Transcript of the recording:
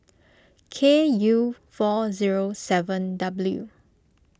K U four zero seven W